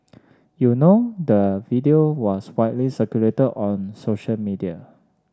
you know the video was widely circulated on social media